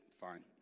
Fine